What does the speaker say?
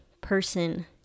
person